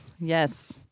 yes